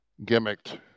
gimmicked